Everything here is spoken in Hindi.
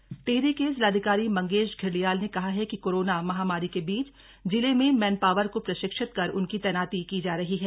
दिहरी बैठक टिहरी के जिलाधिकारी मंगेश घिल्डियाल ने कहा है कि कोरोना महामारी के बीच जिले में मैनपावर को प्रशिक्षित कर उनकी तैनाती की जा रही है